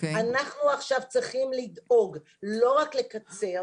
אנחנו עכשיו צריכים לדאוג לא רק לקצר,